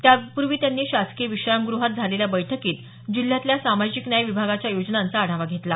त्यापूर्वी त्यांनी शासकीय विश्रामग्रहात झालेल्या बैठकीत जिल्ह्यातल्या सामाजिक न्याय विभागाच्या योजनांचा आढावा घेतला